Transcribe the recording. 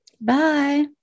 Bye